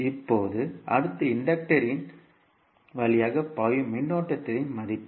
இப்போது அடுத்து இன்டக்டர் இன் வழியாக பாயும் மின்னோட்டத்தின் மதிப்பு